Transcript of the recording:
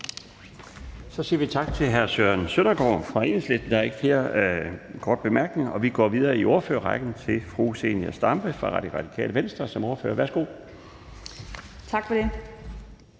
Så siger vi tak til hr. Søren Søndergaard fra Enhedslisten. Der er ikke flere korte bemærkninger. Vi går videre i ordførerrækken til fru Zenia Stampe fra Radikale Venstre som ordfører. Værsgo. Kl.